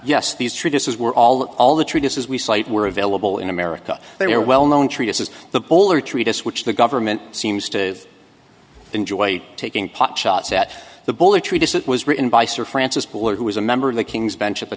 yes these traditions were all in all the traditions we cite were available in america they're well known treatises the polar treatise which the government seems to enjoy taking potshots at the bully treatise it was written by sir francis butler who was a member of the king's bench at the